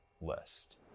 list